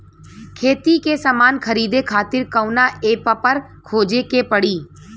खेती के समान खरीदे खातिर कवना ऐपपर खोजे के पड़ी?